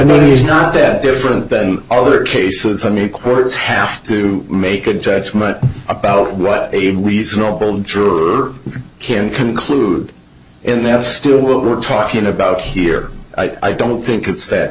either is not that different than all other cases i make words have to make a judgment about what a reasonable drug can conclude in that's still what we're talking about here i don't think it's that